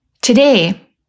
Today